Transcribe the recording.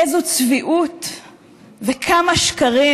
איזו צביעות וכמה שקרים.